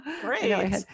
Great